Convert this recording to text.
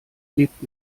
lebt